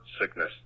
sickness